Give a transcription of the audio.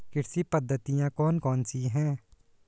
कृषि पद्धतियाँ कौन कौन सी हैं?